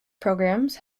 programs